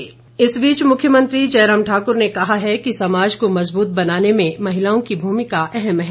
जयराम इस बीच मुख्यमंत्री जयराम ठाकुर ने कहा है कि समाज को मजबूत बनाने में महिलाओं की भूमिका अहम है